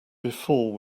before